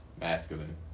masculine